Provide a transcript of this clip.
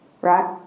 right